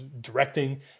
directing